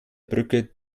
brücke